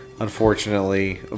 unfortunately